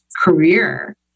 career